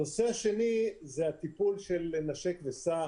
הנושא השני הוא הטיפול של נשק וסע.